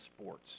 sports